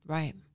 Right